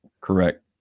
Correct